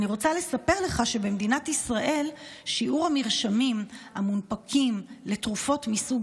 אני רוצה לספר לך שבמדינת ישראל שיעור המרשמים המונפקים לתרופות מסוג